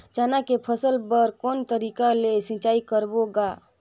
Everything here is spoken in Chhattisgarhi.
चना के फसल बर कोन तरीका ले सिंचाई करबो गा?